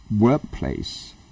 workplace